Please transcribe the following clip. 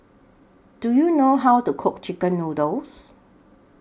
Do YOU know How to Cook Chicken Noodles